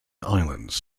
islands